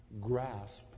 grasp